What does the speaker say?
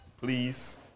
Please